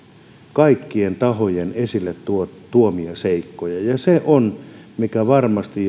kaikkien tahojen esille tuomia seikkoja ja se on se mikä varmasti